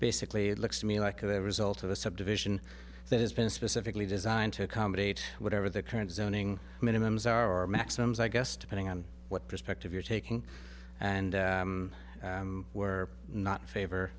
basically it looks to me like a result of a subdivision that has been specifically designed to accommodate whatever the current zoning minimums are maximums i guess depending on what perspective you're taking and we're not in favor